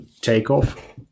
takeoff